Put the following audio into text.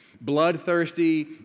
bloodthirsty